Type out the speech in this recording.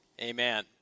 Amen